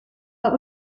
but